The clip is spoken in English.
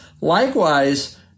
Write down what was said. likewise